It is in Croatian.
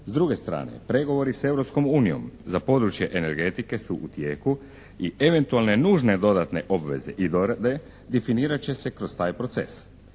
S druge strane, pregovori s Europskom unijom za područje energetike su u tijeku i eventualne nužne dodatne obveze i dorade definirat će se kroz taj proces.